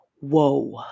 whoa